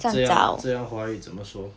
这样这样华语怎么说